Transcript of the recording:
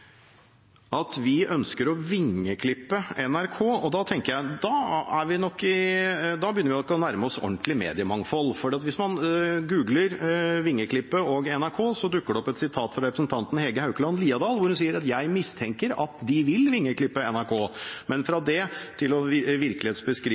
at vi ønsker å vingeklippe NRK. Da begynner vi nok å nærme oss ordentlig mediemangfold, for hvis man googler «vingeklippe» og «NRK», dukker det opp et sitat fra representanten Hege Haukeland Liadal, hvor hun sier at hun mistenker at den nye regjeringen vil vingeklippe NRK. Men